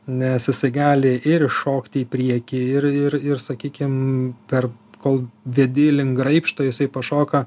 nes jisai gali ir įšokti į priekį ir ir ir sakykim per kol vedi link graibšto jisai pašoka